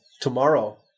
tomorrow